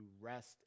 rest